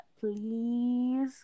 please